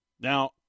Now